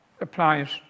applies